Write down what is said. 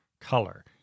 Color